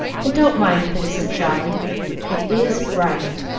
and don't mind if it isn't jolly it is right,